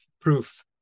proof